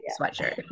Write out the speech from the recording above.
sweatshirt